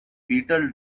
beetle